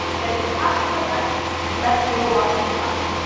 then perhaps select let googlebot decide.